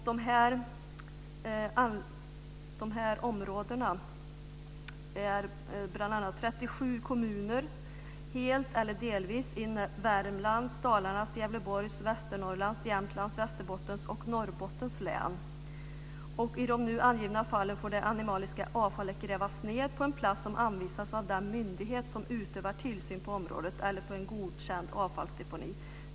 Det är 37 kommuner, helt eller delvis, i Värmlands, Dalarnas, Gävleborgs, I nu angivna fall får det animaliska avfallet grävas ned på en plats som anvisats av den myndighet som utövar tillsyn på området eller på en godkänd avfallsdeponi.